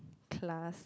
class